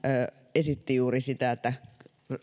esitti juuri sitä että